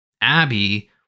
Abby